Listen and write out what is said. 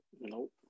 Nope